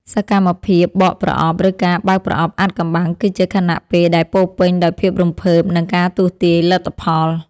សកម្មភាពបកប្រអប់ ឬការបើកប្រអប់អាថ៌កំបាំង គឺជាខណៈពេលដែលពោរពេញដោយភាពរំភើប និងការទស្សន៍ទាយលទ្ធផល។